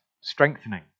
Strengthening